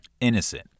Innocent